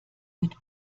mit